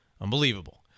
Unbelievable